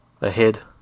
Ahead